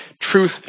truth